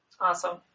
Awesome